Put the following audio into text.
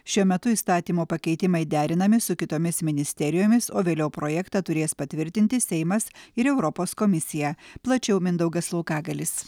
šiuo metu įstatymo pakeitimai derinami su kitomis ministerijomis o vėliau projektą turės patvirtinti seimas ir europos komisija plačiau mindaugas laukagalis